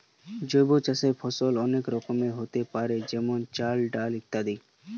জৈব চাষের ফসল অনেক রকমেরই হোতে পারে যেমন চাল, ডাল ইত্যাদি